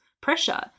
pressure